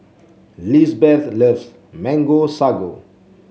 Lizbeth loves Mango Sago